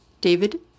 David